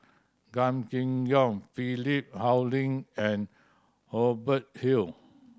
Gan Kim Yong Philip Hoalim and Hubert Hill